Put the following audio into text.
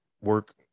work